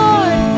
Lord